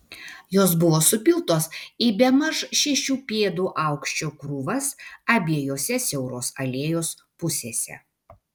jos buvo supiltos į bemaž šešių pėdų aukščio krūvas abiejose siauros alėjos pusėse